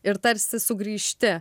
ir tarsi sugrįžti